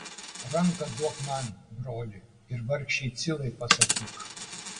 ranką duok man broli ir vargšei cilai pasakyk